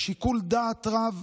בשיקול דעת רב